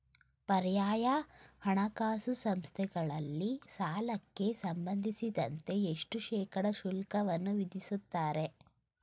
ಪರ್ಯಾಯ ಹಣಕಾಸು ಸಂಸ್ಥೆಗಳಲ್ಲಿ ಸಾಲಕ್ಕೆ ಸಂಬಂಧಿಸಿದಂತೆ ಎಷ್ಟು ಶೇಕಡಾ ಶುಲ್ಕವನ್ನು ವಿಧಿಸುತ್ತಾರೆ?